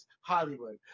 Hollywood